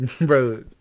bro